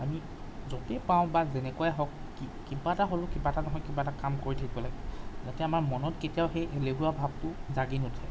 আমি য'তেই পাওঁ বা যেনেকুৱাই হওক কিবা এটা হ'লেও কিবা এটা নহয় কিবা এটা কাম কৰি থাকিব লাগে যাতে আমাৰ মনত কেতিয়াও সেই এলেহুৱা ভাবটো জাগি নুঠে